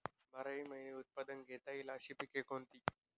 बाराही महिने उत्पादन घेता येईल अशी पिके कोणती?